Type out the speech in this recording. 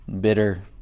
bitter